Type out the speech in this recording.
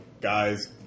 guys